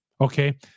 Okay